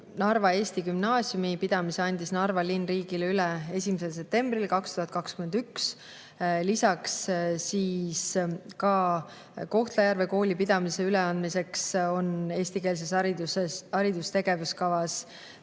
Narva Eesti Gümnaasiumi pidamise andis Narva linn riigile üle 1. septembril 2021. Lisaks on ka Kohtla-Järve kooli pidamise üleandmine eestikeelse hariduse tegevuskavas